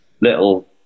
Little